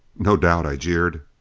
no doubt, i jeered.